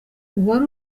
uwari